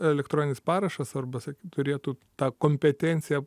elektroninis parašas arba sak turėtų tą kompetenciją